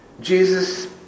Jesus